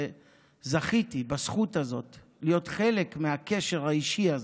וזכיתי בזכות הזאת להיות חלק מהקשר האישי הזה.